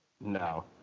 No